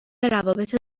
روابط